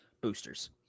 boosters